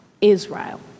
Israel